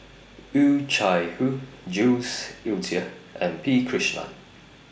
Oh Chai Hoo Jules Itier and P Krishnan